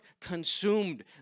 consumed